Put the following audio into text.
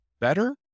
better